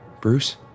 Bruce